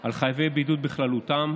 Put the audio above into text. על חייבי בידוד בכללותם,